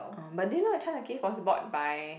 orh but do you know that Charles and Keith was bought by